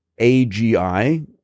AGI